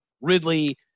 Ridley